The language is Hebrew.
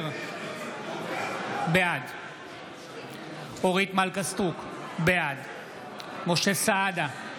בעד אורית מלכה סטרוק, בעד משה סעדה,